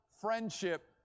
friendship